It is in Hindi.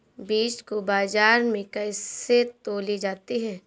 बीज को बाजार में कैसे तौली जाती है?